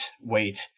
wait